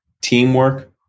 teamwork